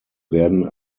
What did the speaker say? werden